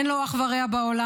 אין לו אח ורע בעולם.